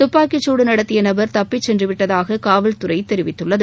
துப்பாக்கி சூடு நடத்திய நபர் துப்பி ச சென்றுவிட்டதாக காவல்துறை தெரிவித்துள்ளது